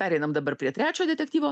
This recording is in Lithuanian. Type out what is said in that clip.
pereinam dabar prie trečio detektyvo